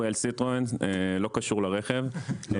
יש